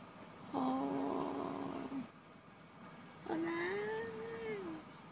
oh so nice